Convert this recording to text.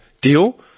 deal